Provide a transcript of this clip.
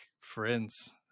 friends